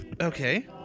Okay